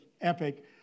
epic